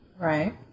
Right